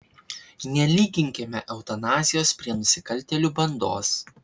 nelyginkime eutanazijos prie nusikaltėlių bandos